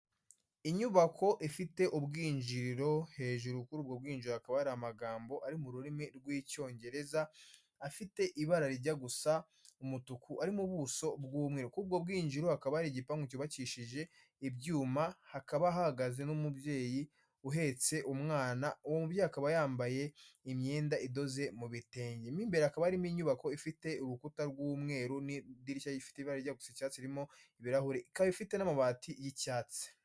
Inyubako ifite ubwinjiriro hejuru kuri ubwo bwinjiriro hakaba hari amagambo ari mu rurimi rw'icyongereza, afite ibara rijya gusa umutuku ari mu ubuso bw'umweru, kuri ubwo bwinjikaba hari igipangu cyubakishije ibyuma hakaba hahagaze n'umubyeyi uhetse umwana uwo mubyeyi akaba yambaye imyenda idoze mu bitenge, mo imbere hakaba harimo inyubako ifite urukuta rw'umweru n'idirishya rifite ibara rijya gusa icyatsi ririmo ibirahuri ikaba ifite n'amabati y'icyatsi.